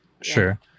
sure